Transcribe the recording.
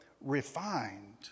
refined